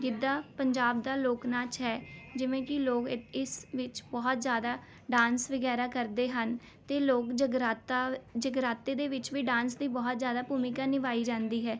ਗਿੱਧਾ ਪੰਜਾਬ ਦਾ ਲੋਕ ਨਾਚ ਹੈ ਜਿਵੇਂ ਕਿ ਲੋਕ ਇ ਇਸ ਵਿੱਚ ਬਹੁਤ ਜ਼ਿਆਦਾ ਡਾਂਸ ਵਗੈਰਾ ਕਰਦੇ ਹਨ ਅਤੇ ਲੋਕ ਜਗਰਾਤਾ ਜਗਰਾਤੇ ਦੇ ਵਿੱਚ ਵੀ ਡਾਂਸ ਦੀ ਬਹੁਤ ਜ਼ਿਆਦਾ ਭੂਮਿਕਾ ਨਿਭਾਈ ਜਾਂਦੀ ਹੈ